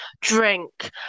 drink